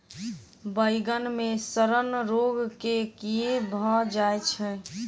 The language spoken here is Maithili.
बइगन मे सड़न रोग केँ कीए भऽ जाय छै?